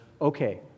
okay